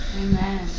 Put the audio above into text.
Amen